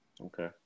Okay